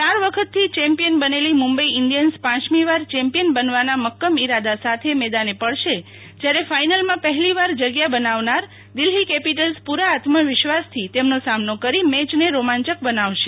યાર વખત થી ચેમ્પિયન બનેલી મું બઈ ઈન્ડિયન્સ પાંચમીવાર ચેમ્પિયન બનવાના મક્કમ ઈરાદા સાથે મેદાને પડશે જયારે ફાઈનલમાં પહેલીવાર જગ્યા બનાવનાર દિલ્ફી કેપિટલ્સ પુ રા આત્મ વિશ્વાસથી તેમનો સામનો કરી મેચને રોમાંચક બનાવશે